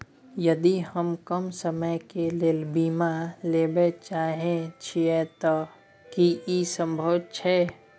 यदि हम कम समय के लेल बीमा लेबे चाहे छिये त की इ संभव छै?